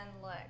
look